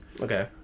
Okay